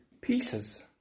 pieces